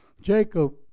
Jacob